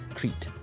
crete.